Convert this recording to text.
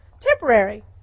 Temporary